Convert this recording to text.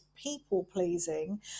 people-pleasing